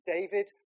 David